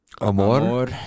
Amor